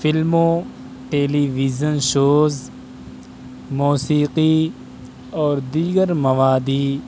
فلموں television shows موسیقی اور دیگر موادی